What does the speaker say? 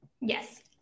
Yes